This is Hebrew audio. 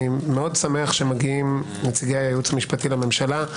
מאוד שמח שמגיעים נציגי הייעוץ המשפטי לממשלה.